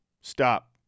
Stop